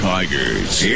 Tigers